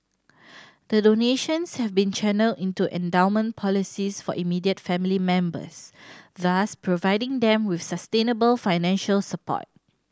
the donations have been channelled into endowment policies for immediate family members thus providing them with sustainable financial support